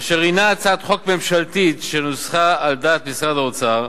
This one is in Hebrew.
אשר הינה הצעת חוק ממשלתית שנוסחה על דעת משרד האוצר,